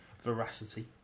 Veracity